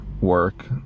work